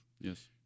Yes